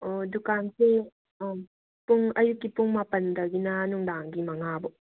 ꯗꯨꯀꯥꯟꯁꯦ ꯄꯨꯡ ꯑꯌꯨꯛꯀꯤ ꯄꯨꯡ ꯃꯥꯄꯟꯗꯒꯤꯅ ꯅꯨꯡꯗꯥꯡꯒꯤ ꯃꯉꯥꯕꯧ